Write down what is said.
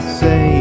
say